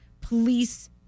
police